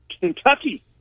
Kentucky